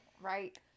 Right